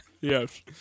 Yes